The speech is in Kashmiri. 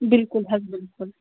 بِلکُل حَظ بِلکُل